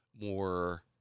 more